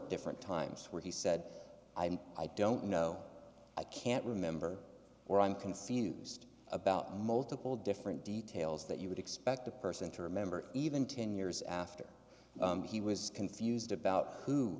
different times where he said i i don't know i can't remember where i'm confused about multiple different details that you would expect the person to remember even ten years after he was confused about who